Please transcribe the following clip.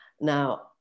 Now